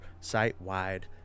site-wide